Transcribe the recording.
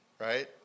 right